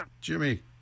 Jimmy